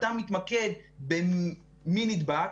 אתה מתמקד במי נדבק.